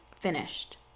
finished